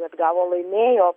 atgavo laimėjo